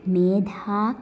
मेधा